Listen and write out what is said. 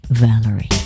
Valerie